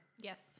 Yes